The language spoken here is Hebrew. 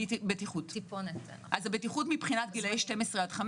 הבטיחות מבחינת גילאי 12 עד 15